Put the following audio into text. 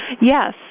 Yes